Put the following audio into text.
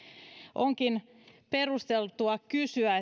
onkin perusteltua kysyä